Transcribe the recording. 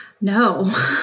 No